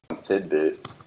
tidbit